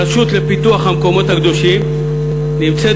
הרשות לפיתוח המקומות הקדושים נמצאת